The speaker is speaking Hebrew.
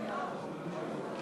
התשע"ג 2013, נתקבלה.